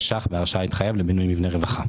ש"ח בהרשאה להתחייב לבינוי מבני רווחה.